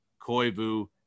Koivu